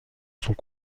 sont